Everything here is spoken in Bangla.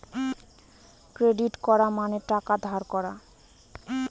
ক্রেডিট করা মানে টাকা ধার করা